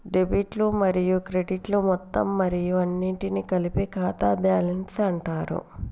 డెబిట్లు మరియు క్రెడిట్లు మొత్తం మరియు అన్నింటినీ కలిపి ఖాతా బ్యాలెన్స్ అంటరు